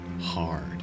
Hard